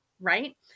Right